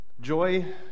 Joy